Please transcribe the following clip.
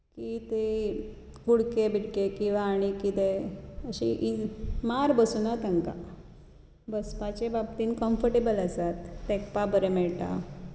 की ते कुडके बिडके किंवा आनीक कितें अशी मार बसूंक ना तांकां बसपाचे बाबतींत कमफर्टेबल आसात तेंकपा बरें मेळटा